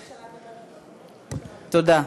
תודה.